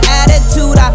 attitude